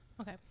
okay